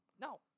No